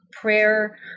prayer